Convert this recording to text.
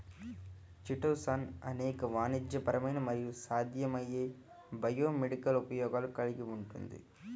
chitosan అనేక వాణిజ్యపరమైన మరియు సాధ్యమయ్యే బయోమెడికల్ ఉపయోగాలు కలిగి ఉంటుంది